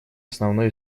основной